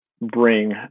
bring